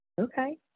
okay